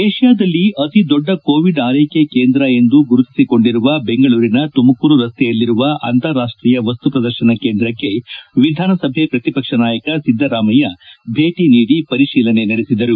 ಏಷ್ನಾದಲ್ಲಿ ಅತಿ ದೊಡ್ಡ ಕೋವಿಡ್ ಆರ್ಲೆಕೆ ಕೇಂದ್ರ ಎಂದು ಗುರುತಿಸಿಕೊಂಡಿರುವ ಬೆಂಗಳೂರಿನ ತುಮಕೂರು ರಸ್ತೆಯಲ್ಲಿರುವ ಅಂತಾರಾಷ್ನೀಯ ವಸ್ತುಪ್ರದರ್ಶನ ಕೇಂದ್ರಕ್ಷೆ ವಿಧಾನಸಭೆ ಪ್ರತಿಪಕ್ಷ ನಾಯಕ ಸಿದ್ದರಾಮಯ್ಯ ಭೇಟಿ ನೀಡಿ ಪರಿತೀಲನೆ ನಡೆಸಿದರು